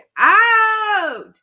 out